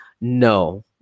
No